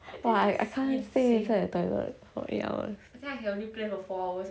s~ sit inside the toilet for eight hours